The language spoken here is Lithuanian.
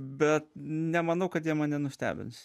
bet nemanau kad jie mane nustebins